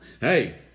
Hey